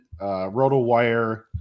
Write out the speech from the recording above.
RotoWire